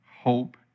Hope